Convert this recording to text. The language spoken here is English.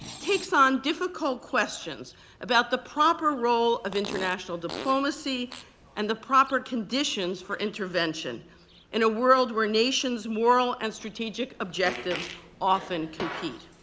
takes on difficult questions about the proper role of international diplomacy and the proper conditions for intervention in a world where nations' moral and strategic objectives often compete.